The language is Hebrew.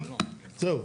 זהו.